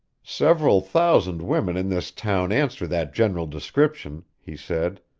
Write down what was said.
several thousand women in this town answer that general description, he said.